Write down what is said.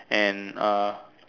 and uh